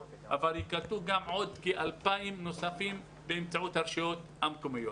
אבל ייקלטו גם עוד כ-2,000 נוספים באמצעות הרשויות המקומיות.